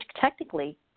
technically